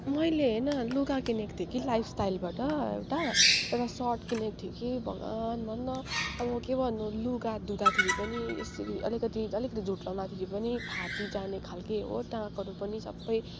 मैले हेर न लुगा किनेको थिएँ कि लाइफ स्टाइलबाट एउटा एउटा सर्ट किनेको थिएँ कि भगवान भन न अब के भन्नु लुगा धुँदाखेरि पनि यसरी अलिकति अलिकति झुट लाउँदाखेरि पनि फाटिजाने खालके हो टाँकहरू पनि सबै